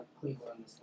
Cleveland